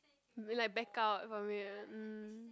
be like back out from it mm